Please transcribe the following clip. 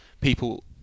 people